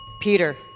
Peter